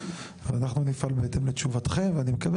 אנחנו נפעל בהתאם לתשובתכם ואני מקווה